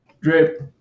Drip